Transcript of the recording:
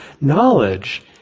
knowledge